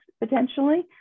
potentially